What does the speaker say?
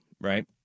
Right